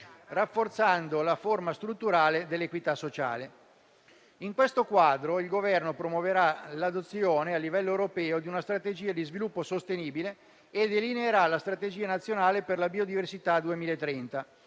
rafforzando la forma strutturale dell'equità sociale. In questo quadro, il Governo promuoverà l'adozione a livello europeo di una strategia di sviluppo sostenibile e delineerà la strategia nazionale per la biodiversità 2030